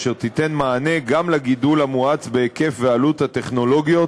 אשר תיתן מענה גם לגידול המואץ בהיקף ובעלות הטכנולוגיות